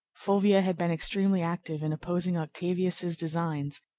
fulvia had been extremely active in opposing octavius's designs,